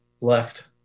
left